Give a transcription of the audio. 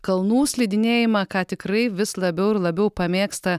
kalnų slidinėjimą ką tikrai vis labiau ir labiau pamėgsta